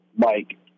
Mike